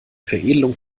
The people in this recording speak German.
veredelung